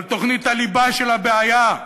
על תוכנית הליבה של הבעיה,